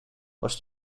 was